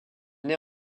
nait